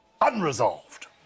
unresolved